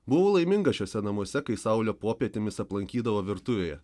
buvau laiminga šiuose namuose kai saulė popietėmis aplankydavo virtuvėje